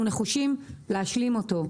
אנחנו נחושים להשלים אותו.